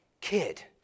kid